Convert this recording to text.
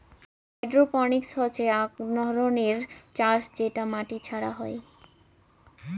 hydroponics হসে আক ধরণের চাষ যেটা মাটি ছাড়া হই